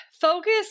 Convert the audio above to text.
focus